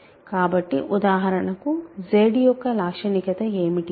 కాబట్టి ఉదాహరణకు Z యొక్క లాక్షణికత ఏమిటి